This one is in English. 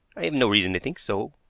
i have no reason to think so.